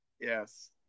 Yes